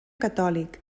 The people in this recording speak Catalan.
catòlic